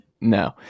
No